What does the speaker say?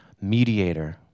mediator